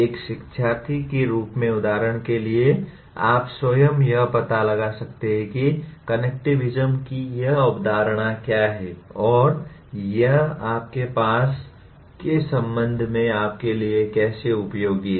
एक शिक्षार्थी के रूप में उदाहरण के लिए आप स्वयं यह पता लगा सकते हैं कि कनेक्टिविज़्म की यह अवधारणा क्या है और यह आपके विषय के संबंध में आपके लिए कैसे उपयोगी है